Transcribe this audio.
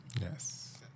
Yes